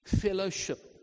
fellowship